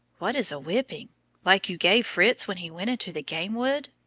what is a whipping like you gave fritz when he went into the game wood?